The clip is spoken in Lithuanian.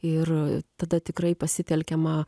ir tada tikrai pasitelkiama